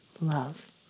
love